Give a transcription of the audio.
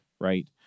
right